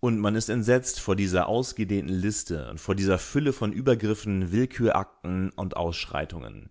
und man ist entsetzt vor dieser ausgedehnten liste und vor dieser fülle von übergriffen willkürakten und ausschreitungen